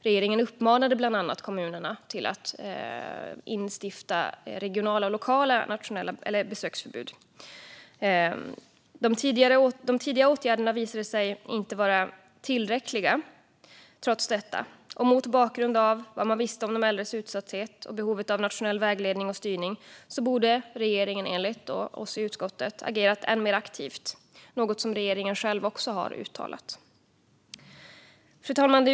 Regeringen uppmanade bland annat kommunerna att instifta regionala och lokala besöksförbud. De tidiga åtgärderna visade sig trots detta inte vara tillräckliga, och mot bakgrund av vad man visste om de äldres utsatthet och behovet av nationell vägledning och styrning borde regeringen enligt oss i utskottet ha agerat än mer aktivt - något regeringen själv också har uttalat. Fru talman!